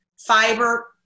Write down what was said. Fiber